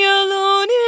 alone